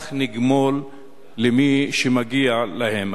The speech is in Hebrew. כך נגמול למי שמגיע להם.